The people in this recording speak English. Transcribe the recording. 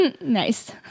Nice